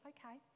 Okay